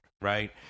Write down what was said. right